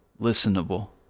listenable